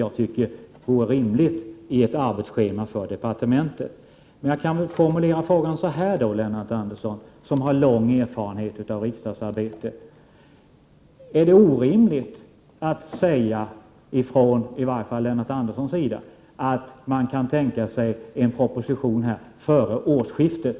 Jag tycker att det vore rimligt att planera in den i ett arbetsschema för departementet. Jag kan väl då formulera frågan till Lennart Andersson, som har lång erfarenhet av riksdagsarbetet, så här: Är det orimligt för Lennart Andersson att säga att man kan tänka sig en proposition före årsskiftet?